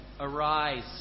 Arise